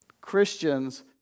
Christians